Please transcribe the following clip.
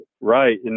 Right